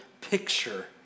picture